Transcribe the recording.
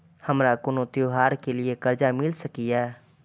हमारा कोनो त्योहार के लिए कर्जा मिल सकीये?